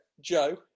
Joe